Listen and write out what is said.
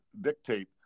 dictate